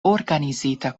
organizita